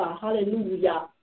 hallelujah